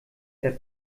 der